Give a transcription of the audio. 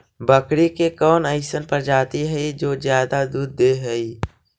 बकरी के कौन अइसन प्रजाति हई जो ज्यादा दूध दे हई?